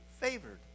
favored